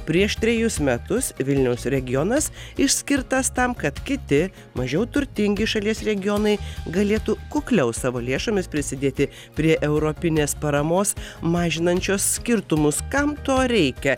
prieš trejus metus vilniaus regionas išskirtas tam kad kiti mažiau turtingi šalies regionai galėtų kukliau savo lėšomis prisidėti prie europinės paramos mažinančios skirtumus kam to reikia